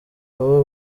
baba